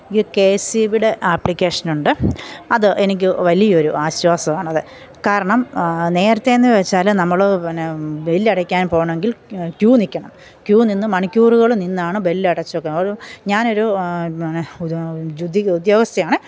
യ് K S E ബിയുടെ application ഉണ്ട് അത് എനിക്ക് വലിയൊരു ആശ്വാസമാണ് അത് കാരണം നേരത്തേ എന്നുവെച്ചാൽ നമ്മൾ പിന്നെ ബിൽ അടയ്ക്കാന് പോവണമെങ്കില് ക്യൂ നിൽക്കണം ക്യൂ നിന്ന് മണിക്കൂറുകൾ നിന്നാണ് ബിൽ അടച്ചൊക്കെ ഒരു ഞാനൊരു പിന്നെ ഒരു ജുദിക് ഉദ്യോഗസ്ഥയാണ്